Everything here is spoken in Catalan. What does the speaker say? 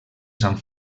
sant